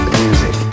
music